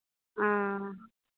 हँ